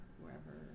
wherever